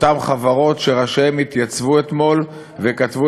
אותן חברות שראשיהן התייצבו אתמול וכתבו